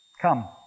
come